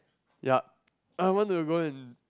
yup I want to go and